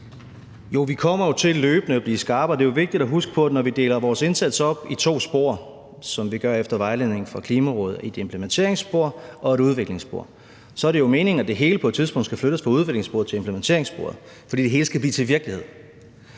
Jo, vi kommer jo til løbende at blive skarpere. Det er vigtigt at huske på, at når vi deler vores indsats op i to spor, som vi gør efter vejledning fra Klimarådet – et implementeringsspor og et udviklingsspor – så er det jo meningen, at det hele på et tidspunkt skal flyttes fra udviklingssporet til implementeringssporet, fordi det hele skal blive til virkelighed.